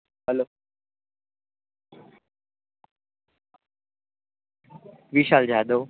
હાલો Vishal Jadhav